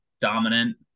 dominant